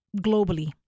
globally